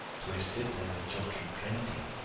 twist it, an' you'll choke m plentee,